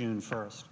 june first